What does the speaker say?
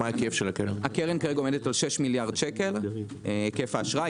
הקרן עומדת על 6 מיליארד שקל, היקף האשראי.